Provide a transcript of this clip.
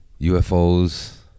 UFOs